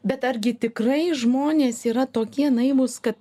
bet argi tikrai žmonės yra tokie naivūs kad